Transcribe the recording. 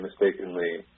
mistakenly